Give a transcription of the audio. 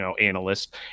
analyst